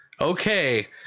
Okay